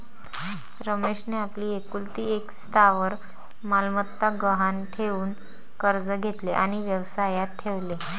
रमेशने आपली एकुलती एक स्थावर मालमत्ता गहाण ठेवून कर्ज घेतले आणि व्यवसायात ठेवले